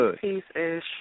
peace-ish